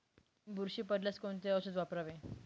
बुरशी पडल्यास कोणते औषध वापरावे?